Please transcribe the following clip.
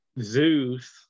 Zeus